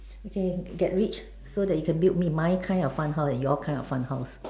okay get rich so that you can build me my kind of fun house and your kind of fun house